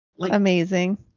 amazing